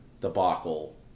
debacle